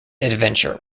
adventure